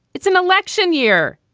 it's an election year.